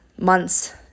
months